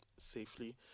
safely